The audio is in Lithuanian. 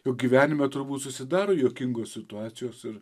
jo gyvenime turbūt susidaro juokingos situacijos ir